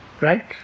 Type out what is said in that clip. Right